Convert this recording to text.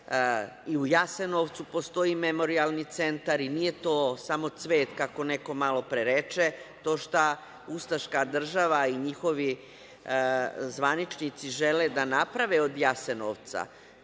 U Jasenovcu postoji memorijalni centar, nije to samo cvet, kako neko malopre reče, to šta ustaška država i njihovi zvaničnici žele da naprave od Jasenovca,